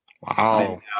Wow